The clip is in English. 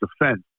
defense